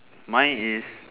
mine is